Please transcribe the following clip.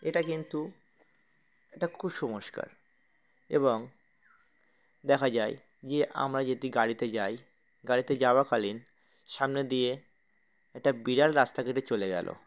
এটা কিন্তু একটা কুসংস্কার এবং দেখা যায় যে আমরা যদি গাড়িতে যাই গাড়িতে যাওয়াকালীন সামনে দিয়ে একটা বিড়াল রাস্তা কেটে চলে গেল